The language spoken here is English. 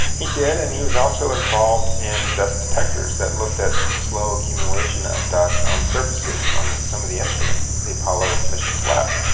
he did, and he was also involved in dust detectors that looked at slow accumulation of dust on surfaces on some of the instruments that the apollo missions left.